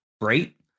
great